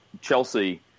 Chelsea